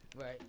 Right